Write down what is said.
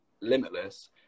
Limitless